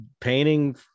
painting